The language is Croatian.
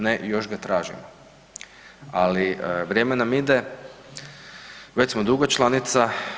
Ne, još ga tražimo ali vrijeme nam ide, već smo dugo članica.